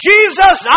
Jesus